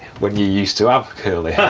when you used to have curly hair.